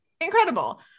incredible